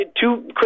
two